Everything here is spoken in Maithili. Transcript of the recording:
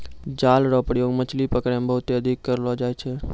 जाल रो प्रयोग मछली पकड़ै मे बहुते अधिक करलो जाय छै